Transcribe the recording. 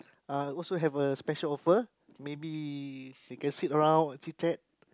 uh also have a special offer maybe they can sit around chit-chat